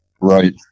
right